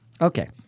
Okay